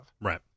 Right